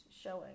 showing